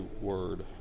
word